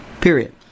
Period